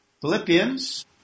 Philippians